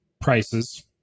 prices